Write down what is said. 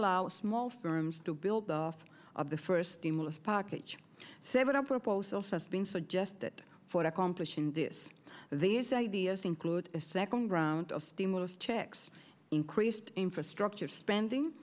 allow small firms to build off of the first stimulus package several proposals as being suggested for accomplishing this these ideas include a second round of stimulus checks traced infrastructure spending